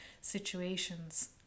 situations